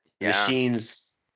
Machines